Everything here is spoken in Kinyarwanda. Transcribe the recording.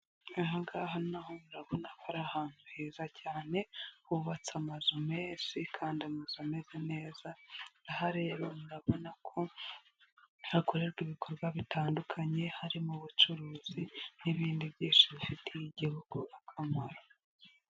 Aha ngaha na ho murabona ko ari ahantu heza cyane, hubatse amazu menshi kandi amazu ameze neza, aha rero murabona ko hakorerwa ibikorwa bitandukanye, harimo ubucuruzi n'ibindi byinshi bifitiye igihugu akamaro.